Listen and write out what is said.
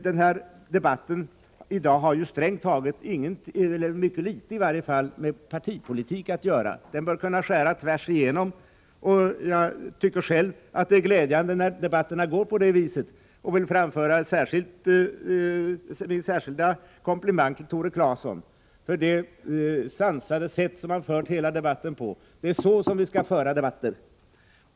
Den här debatten har mycket litet med partipolitik att göra. Den bör kunna skära tvärsigenom. Själv tycker jag att det är glädjande när debatterna blir på det viset. Jag vill framföra min särskilda komplimang till Tore Claeson för det sansade sätt på vilket han har fört hela debatten. Det är så som vi skall föra debatter.